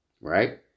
right